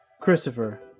christopher